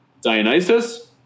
Dionysus